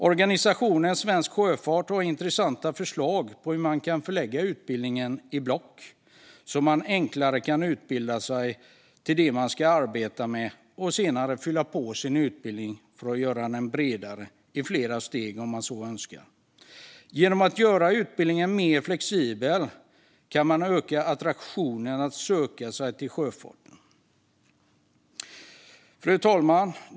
Organisationen Svensk Sjöfart har intressanta förslag på att lägga utbildningen i block, så att det blir enklare att utbilda sig till det man ska arbeta med och senare fylla på sin utbildning i flera steg för att göra den bredare, om man så önskar. Genom att utbildningen blir mer flexibel blir det mer attraktivt att söka sig till sjöfarten. Fru talman!